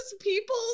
people